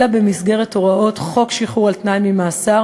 אלא במסגרת הוראות חוק שחרור על-תנאי ממאסר